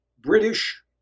British